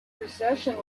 precession